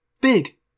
Big